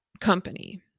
company